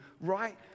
right